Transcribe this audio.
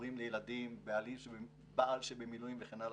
הורים לילדים או שהבעל במילואים וכן הלאה,